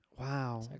Wow